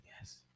Yes